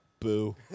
Boo